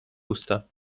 usta